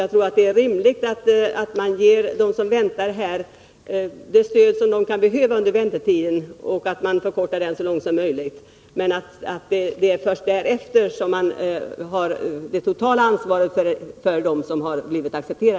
Jag tror det är rimligt att man ger dem som väntar Om förlust av å här det stöd de kan behöva under väntetiden, men det är först sedan de blivit borgarskap i visst fall ansvaret för dem. accepterade som flyktingar eller invandrare som staten har det totala